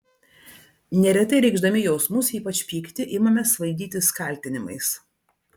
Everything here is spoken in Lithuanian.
neretai reikšdami jausmus ypač pyktį imame svaidytis kaltinimais